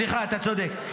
סליחה, אתה צודק.